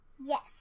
Yes